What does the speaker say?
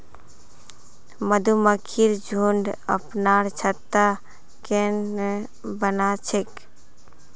मधुमक्खिर झुंड अपनार छत्ता केन न बना छेक